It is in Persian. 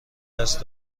دست